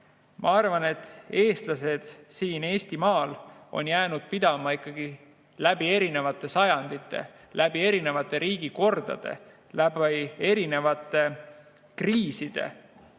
Teate, eestlased siin Eestimaal on jäänud pidama läbi erinevate sajandite, läbi erinevate riigikordade, läbi erinevate kriiside